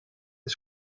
the